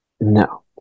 No